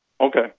Okay